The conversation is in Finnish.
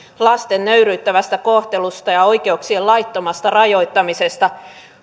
lasten nöyryyttävästä kohtelusta ja oikeuksien laittomasta rajoittamisesta